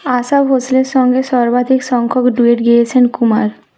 আশা ভোঁসলের সঙ্গে সর্বাধিক সংখ্যক ডুয়েট গেয়েছেন কুমার